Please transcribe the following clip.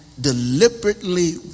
deliberately